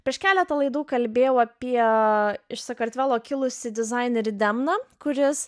prieš keletą laidų kalbėjau apie iš sakartvelo kilusi dizainerė demną kuris